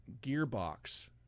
gearbox